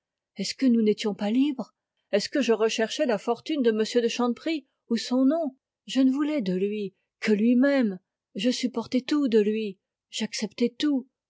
est-ce que nous n'étions pas libres est-ce que je recherchais la fortune de m de chanteprie ou son nom je ne voulais de lui que lui-même je supportais tout de lui j'acceptais tout